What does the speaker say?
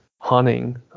hunting